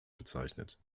bezeichnet